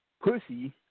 pussy